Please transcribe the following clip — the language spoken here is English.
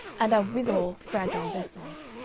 and are withal fragile vessels.